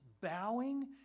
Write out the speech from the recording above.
bowing